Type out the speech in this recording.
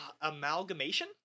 amalgamation